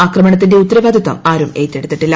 ആക്രമണത്തിന്റെ ഉത്തരവാദിത്വം ആരും ഏറ്റെടുത്തിട്ടില്ല